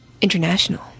International